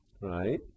right